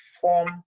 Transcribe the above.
form